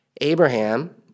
Abraham